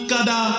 Kada